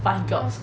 fast jobs